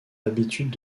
habitudes